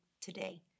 today